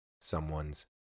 someone's